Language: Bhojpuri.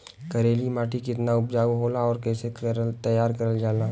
करेली माटी कितना उपजाऊ होला और कैसे तैयार करल जाला?